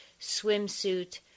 swimsuit